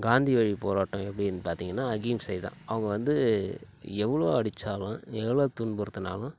காந்தி வழி போராட்டம் எப்படினு பார்த்தீங்கனா அகிம்சை தான் அவங்க வந்து எவ்வளோ அடிச்சாலும் எவ்வளோ துன்புறுத்தினாலும்